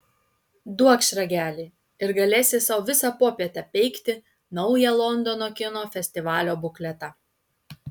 duokš ragelį ir galėsi sau visą popietę peikti naują londono kino festivalio bukletą